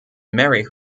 marry